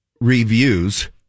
reviews